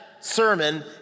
sermon